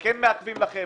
כן מעכבים לכם,